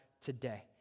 today